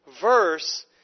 verse